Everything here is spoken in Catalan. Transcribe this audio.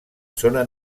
zona